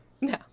No